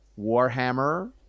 warhammer